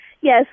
Yes